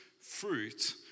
fruit